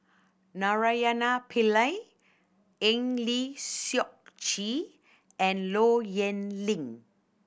Naraina Pillai Eng Lee Seok Chee and Low Yen Ling